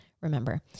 remember